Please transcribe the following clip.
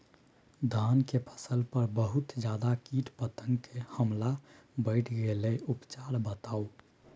धान के फसल पर बहुत ज्यादा कीट पतंग के हमला बईढ़ गेलईय उपचार बताउ?